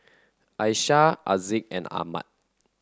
Aisyah Aziz and Ahmad